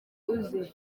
uze